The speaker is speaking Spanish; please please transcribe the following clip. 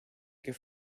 que